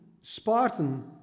Spartan